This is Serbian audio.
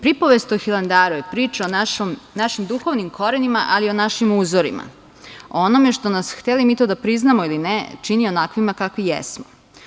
Pripovest o Hilandaru je priča o našim duhovnim korenima, ali i o našim uzorima, o onome što nas, hteli mi to da priznamo ili, čini onakvima kakvi jesmo.